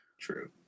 True